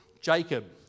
Jacob